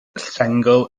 sengl